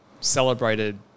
celebrated